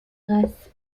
race